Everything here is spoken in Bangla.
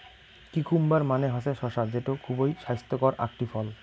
কিউকাম্বার মানে হসে শসা যেটো খুবই ছাইস্থকর আকটি ফল